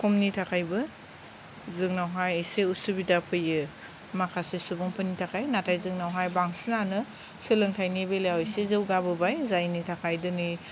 खमनि थाखायबो जोंनावहाय इसे उसुबिदा फैयो माखासे सुबुंफोरनि थाखाय नाथाय जोंनावहाय बांसिनानो सोलोंथाइनि बेलायाव इसे जौगाबोबाय जायनि थाखाय दिनै